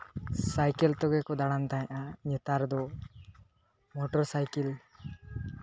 cycle ᱛᱮᱜᱮ ᱠᱚ ᱫᱟᱬᱟᱱ ᱛᱟᱦᱮᱱᱟ ᱱᱮᱛᱟᱨ ᱫᱚ ᱢᱚᱴᱚᱨ ᱥᱟᱭᱠᱮᱞ